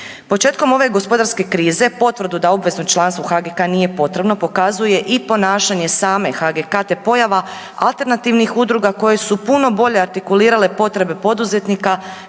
Početkom ove gospodarske krize potvrdu da obvezno članstvo u HGK nije potrebno pokazuje i ponašanje same HGK te pojava alternativnih udruga koje su puno bolje artikulirale potrebe poduzetnika